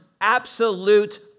absolute